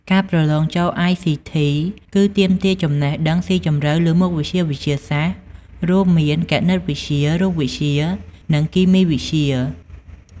ការប្រឡងចូល ITC គឺទាមទារចំណេះដឹងស៊ីជម្រៅលើមុខវិជ្ជាវិទ្យាសាស្ត្រ រួមមាន គណិតវិទ្យា រូបវិទ្យា និងគីមីវិទ្យា។